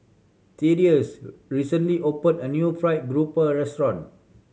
Thaddeus recently opened a new Fried Garoupa restaurant